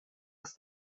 aus